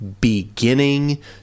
beginning